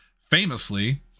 famously